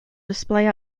display